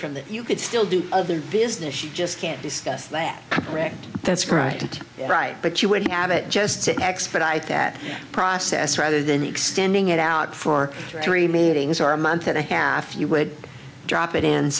from that you could still do other business you just can't discuss that correct that's right and right but you would have it just to expedite that process rather than extending it out for three meetings or a month and a half you would drop